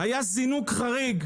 היה זינוק חריג,